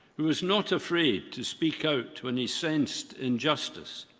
who was not afraid to speak out to an incensed injustice,